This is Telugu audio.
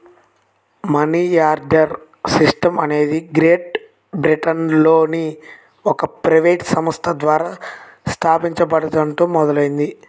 మనియార్డర్ సిస్టమ్ అనేది గ్రేట్ బ్రిటన్లోని ఒక ప్రైవేట్ సంస్థ ద్వారా స్థాపించబడటంతో మొదలైంది